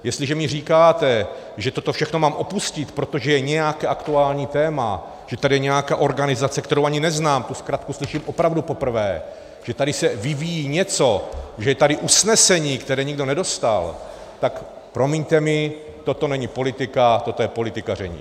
Jestliže mi říkáte, že toto všechno mám opustit, protože je nějaké aktuální téma, že je tady nějaká organizace, kterou ani neznám, tu zkratku slyším opravdu poprvé, že tady se vyvíjí něco, že je tady usnesení, které nikdo nedostal, tak promiňte mi, toto není politika, toto je politikaření.